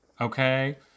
Okay